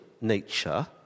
nature